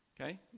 Okay